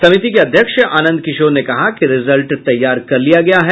समिति के अध्यक्ष आनंद किशोर ने कहा कि रिजल्ट तैयार कर लिया गया है